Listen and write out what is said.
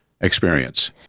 experience